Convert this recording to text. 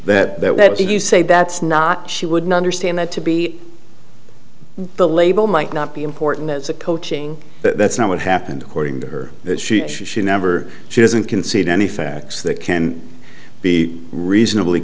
ut that you say that's not she would not understand that to be the label might not be important as a coaching but that's not what happened according to her that she should she never she doesn't concede any facts that can be reasonably